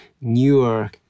newer